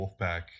Wolfpack